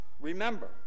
Remember